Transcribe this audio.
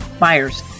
Myers